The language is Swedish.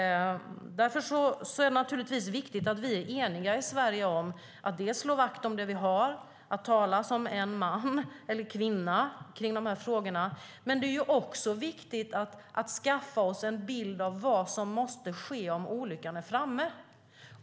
Därför är det viktigt att vi är eniga i Sverige om att slå vakt om det vi har och tala som en man eller kvinna i dessa frågor. Det är också viktigt att vi skaffar oss en bild av vad som måste ske om olyckan är framme.